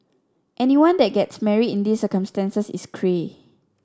anyone that gets married in these circumstances is cray